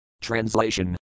Translation